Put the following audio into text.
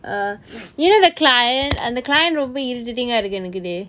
uh you know the client and the client ரொம்ப :romba irritating eh இருக்குது :irukuthu